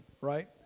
right